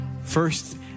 first